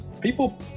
people